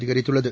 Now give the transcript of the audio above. அதிகரித்துள்ளது